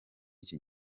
iki